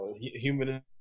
human